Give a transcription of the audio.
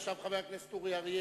עכשיו, לחבר הכנסת אורי אריאל.